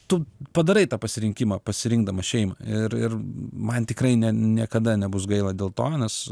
tu padarai tą pasirinkimą pasirinkdamas šeimą ir ir man tikrai ne niekada nebus gaila dėl to nes